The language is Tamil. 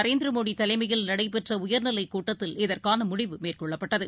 நரேந்திரமோடிதலைமையில் நடைபெற்றஉயர்நிலைக் கூட்டத்தில் இதற்கானமுடிவு மேற்கொள்ளப்பட்டது